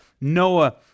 Noah